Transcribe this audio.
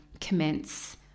commence